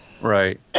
Right